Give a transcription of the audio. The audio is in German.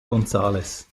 gonzález